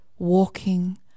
Walking